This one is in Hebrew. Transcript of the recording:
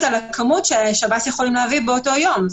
על הכמות ששב"ס יכולים להביא באותו יום?